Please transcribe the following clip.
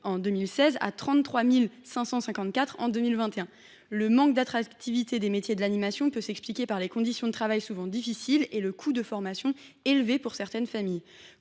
en 2016 à 33 554 en 2021. La faible attractivité des métiers de l’animation peut s’expliquer par les conditions de travail souvent difficiles et le coût de la formation, élevé pour certaines familles.